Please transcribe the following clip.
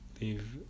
leave